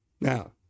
Now